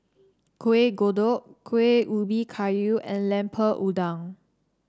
Kuih Kodok Kueh Ubi Kayu and Lemper Udang